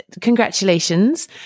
congratulations